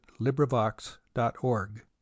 LibriVox.org